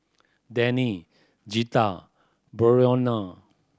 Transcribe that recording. Danny Zita Brionna